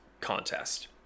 contest